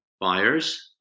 buyers